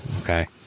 okay